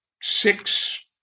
Six